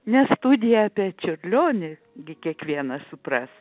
ne studija apie čiurlionį gi kiekvienas supras